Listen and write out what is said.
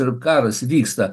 ir karas vyksta